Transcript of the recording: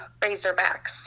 razorbacks